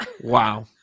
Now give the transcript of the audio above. Wow